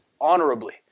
honorably